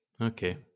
okay